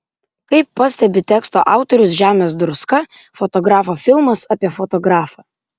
kaip pastebi teksto autorius žemės druska fotografo filmas apie fotografą